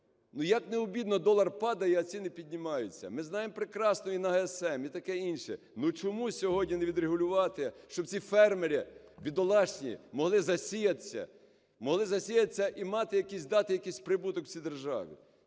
як не обідно: долар падає, а ціни піднімаються. Ми знаємо прекрасно, і на ГСМ, і таке інше. Ну, чому сьогодні не відрегулювати, щоб ці фермери бідолашні могли засіятися, могли засіятися і мати якийсь, дати якийсь прибуток цій державі.